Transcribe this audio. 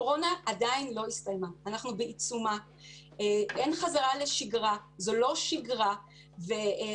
אני רוצה לציין שמבחינתנו משבר הקורונה חשף בפני כולם את העובדה